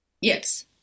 Yes